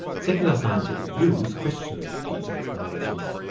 secular scientific views question these explanations.